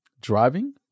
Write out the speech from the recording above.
Driving